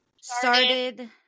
started